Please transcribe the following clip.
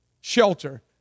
shelter